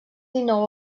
dinou